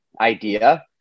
idea